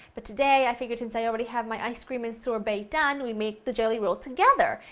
but today i figured since i already have my ice cream and sorbet done, we'd make the jelly roll together!